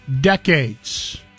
decades